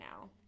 now